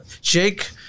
Jake